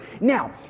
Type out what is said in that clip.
Now